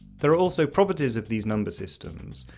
there are also properties of these number systems,